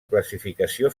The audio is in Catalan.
classificació